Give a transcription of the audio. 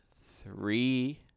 three